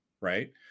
Right